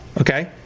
okay